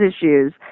issues